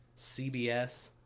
CBS